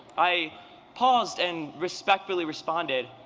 i paused and respectfully responded,